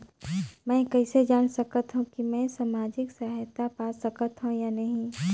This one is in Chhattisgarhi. मै कइसे जान सकथव कि मैं समाजिक सहायता पा सकथव या नहीं?